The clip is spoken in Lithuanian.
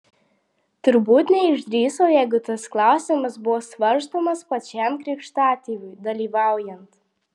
turbūt neišdrįso jeigu tas klausimas buvo svarstomas pačiam krikštatėviui dalyvaujant